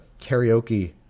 karaoke